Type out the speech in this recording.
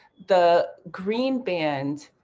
the green band